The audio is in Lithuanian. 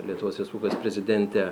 lietuvos respublikos prezidentė